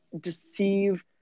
deceive